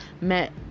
met